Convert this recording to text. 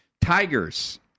Tigers